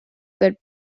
good